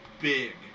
big